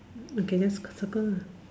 okay just circle lah